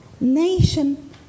Nation